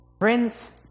Friends